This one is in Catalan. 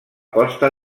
posta